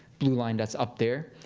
blue line that's up there.